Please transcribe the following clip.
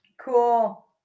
cool